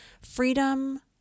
freedom